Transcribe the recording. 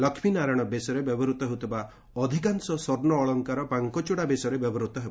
ଲକ୍ଷ୍ମୀ ନାରାୟଶ ବେଶରେ ବ୍ୟବହୃତ ହେଉଥିବା ଅଧିକାଂଶ ସ୍ୱର୍ଷ୍ ଅଳଙ୍କାର ବାଙ୍କଚୂଡା ବେଶରେ ବ୍ୟବହୃତ ହେବ